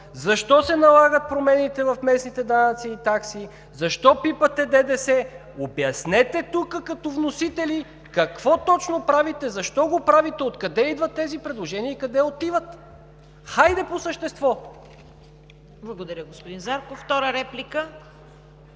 защо се налагат промени в местните данъци и такси, защо пипате ДДС? Обяснете като вносители: какво точно правите, защо го правите, откъде идват тези предложения и къде отиват? Хайде, по същество! ПРЕДСЕДАТЕЛ ЦВЕТА КАРАЯНЧЕВА: Благодаря, господин Зарков. Втора реплика?